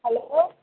hello